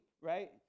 right